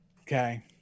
Okay